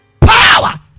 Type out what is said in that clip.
Power